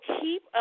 keep